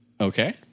Okay